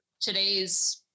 today's